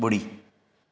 ॿुड़ी